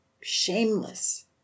shameless